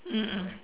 mm mm